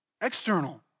external